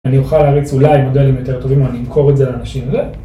אני אוכל להריץ אולי מודלים יותר טובים, אני אמכור את זה לאנשים ו...